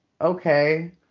okay